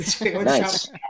Nice